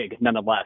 nonetheless